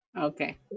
Okay